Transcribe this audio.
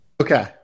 Okay